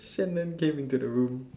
Shannon came into the room